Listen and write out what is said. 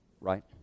right